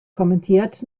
kommentiert